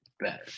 better